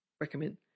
recommend